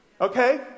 Okay